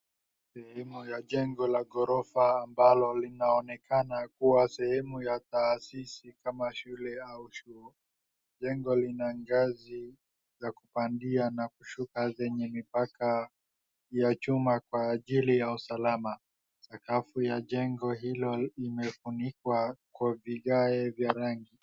Sehemu ya jengo la ghorofa ambalo linaonekana kuwa sehemu ya taasisi kama shule au chuo. Jengo lina ngazi za kupandia na kushuka zenye mipaka ya chuma kwa ajili ya usalama. Sakafu ya jengo hilo imefunikwa kwa vigae vya rangi.